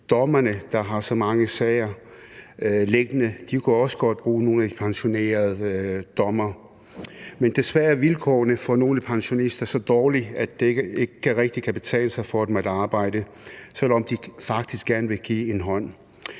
dommerne, der har så mange sager liggende, kunne også godt bruge nogle af de pensionerede dommere. Men desværre er vilkårene for nogle pensionister så dårlige, at det ikke rigtig kan betale sig for dem at arbejde, selv om de faktisk gerne vil give en hånd